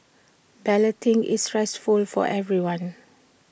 balloting is stressful for everyone